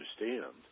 understand